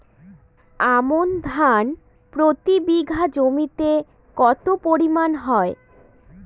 আমন ধান প্রতি বিঘা জমিতে কতো পরিমাণ হয়?